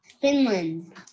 Finland